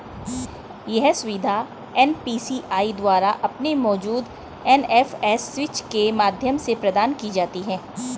यह सुविधा एन.पी.सी.आई द्वारा अपने मौजूदा एन.एफ.एस स्विच के माध्यम से प्रदान की जाती है